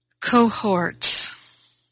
cohorts